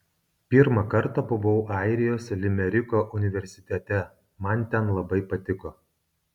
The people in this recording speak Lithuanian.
pirmą kartą buvau airijos limeriko universitete man ten labai patiko